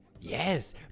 Yes